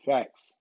Facts